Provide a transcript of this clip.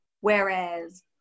whereas